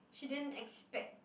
she didn't expect